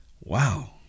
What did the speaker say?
wow